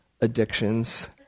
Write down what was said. addictions